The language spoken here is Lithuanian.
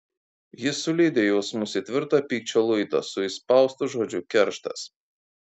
ji sulydė jausmus į tvirtą pykčio luitą su įspaustu žodžiu kerštas